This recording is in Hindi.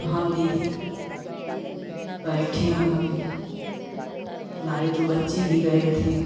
तो हम दीदी बैठे वहाँ पे हमारे दो बच्चे भी गए थे